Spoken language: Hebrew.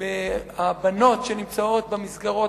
הבנות שנמצאות במסגרות